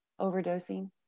overdosing